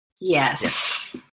Yes